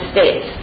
States